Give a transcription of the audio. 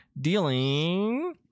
dealing